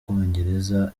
w’umwongereza